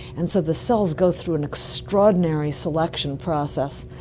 and so the cells go through an extraordinary selection process,